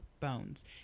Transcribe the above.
Bones